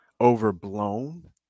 overblown